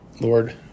Lord